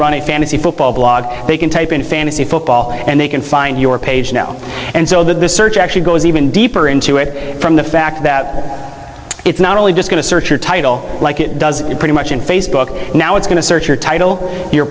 run a fantasy football blog they can type in fantasy football and they can find your page now and so the search actually goes even deeper into it from the fact that it's not only just going to search your title like it does pretty much in facebook now it's going to search your title your